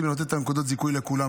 היא נותנת את נקודת הזיכוי לכולם,